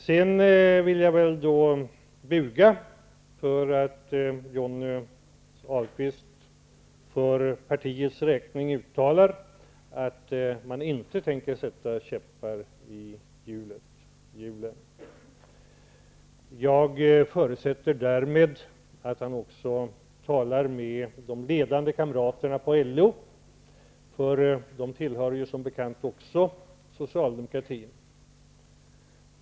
Sedan vill jag buga mig för att Johnny Ahlqvist för partiets räkning uttalar att man inte tänker sätta käppar i hjulen. Jag förutsätter därmed att han också talar med de ledande kamraterna inom LO. De tillhör som bekant också socialdemokratin.